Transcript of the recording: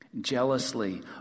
jealously